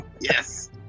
Yes